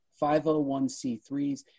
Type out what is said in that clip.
501C3s